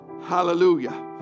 hallelujah